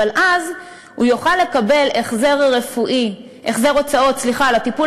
אבל אז הוא יוכל לקבל החזר הוצאות על הטיפול